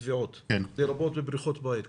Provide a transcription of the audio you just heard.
לרבות בבריכות בית כמובן.